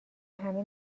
همه